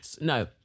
no